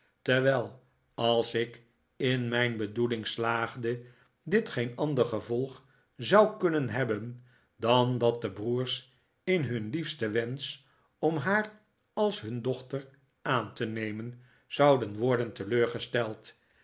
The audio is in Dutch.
terwijl als ik in mijn bedoeling slaagde dit geen ander gevolg zou kunnen hebben dan dat de broers in hun liefsten wensch om haar als hun dochter aan te nemen zouden worden teleurgesteld